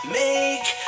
make